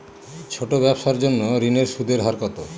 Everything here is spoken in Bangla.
ছোট ব্যবসার জন্য ঋণের সুদের হার কত?